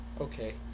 okay